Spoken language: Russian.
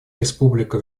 республика